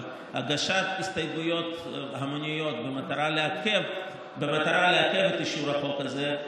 אבל הגשת הסתייגויות המוניות במטרה לעכב את אישור החוק הזה,